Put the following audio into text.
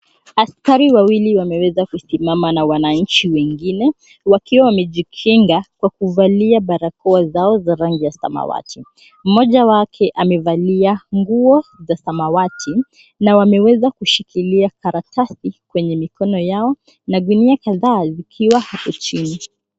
Askari wawili wameweza kusimama na wananchi wengine wakiwa wamejikinga kwa kuvalia barakoa zao za rangi ya samawati. Mmoja wake amevalia nguo za samawati na wameweza kushikilia karatasi kwenye mikono yao na zingine kadhaa zikiwa hapo chini.